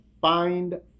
find